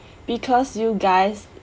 because you guys